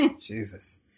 Jesus